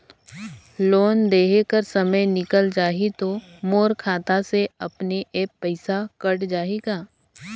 Loan देहे कर समय निकल जाही तो मोर खाता से अपने एप्प पइसा कट जाही का?